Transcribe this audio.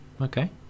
Okay